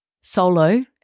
solo